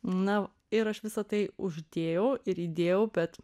na ir aš visa tai uždėjau ir įdėjau bet